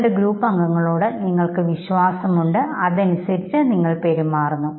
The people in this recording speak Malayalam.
നിങ്ങളുടെ ഗ്രൂപ്പ് അംഗങ്ങളോട് നിങ്ങൾക്ക് വിശ്വാസമുണ്ട് അതനുസരിച്ച് നിങ്ങളുടെ പെരുമാറുന്നു